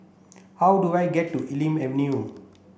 how do I get to Elm Avenue